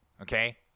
okay